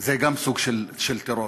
זה סוג של טרור.